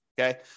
Okay